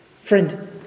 Friend